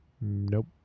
nope